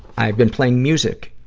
i've been playing music,